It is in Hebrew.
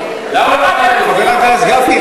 חבר הכנסת גפני,